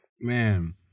man